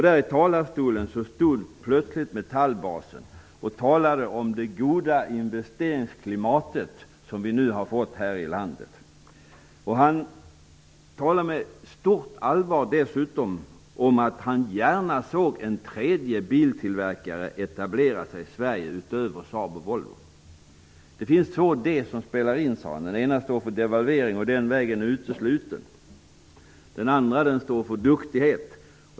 Där i talarstolen stod plötsligt Metallbasen och talade om det goda investeringsklimat som vi nu har fått här i landet. Han talade med stort allvar dessutom om att han gärna såg en tredje biltillverkare, utöver Saab och Volvo, etablera sig i Han sade att det finns två ''d'' som spelar in. Det ena står för devalvering, och den vägen är utesluten. Det andra står för duktighet.